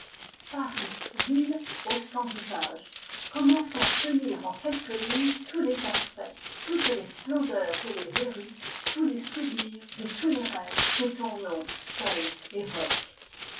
paris ville aux cent visages comment faire tenir en quelques lignes tous les aspects toutes les splendeurs et les verrues tous les souvenirs et tous les rêves que ton nom seul évoque